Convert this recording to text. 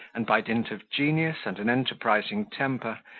and, by dint of genius and an enterprising temper,